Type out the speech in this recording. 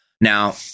Now